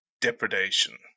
depredation